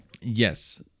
yes